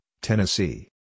Tennessee